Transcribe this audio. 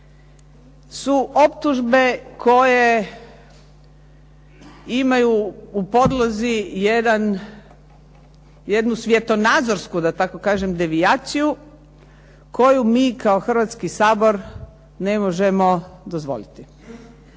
su optužbe koje imaju u podlozi jednu svjetonazorsku da tako kažem devijaciju, koju mi kao Hrvatski sabor ne možemo dozvoliti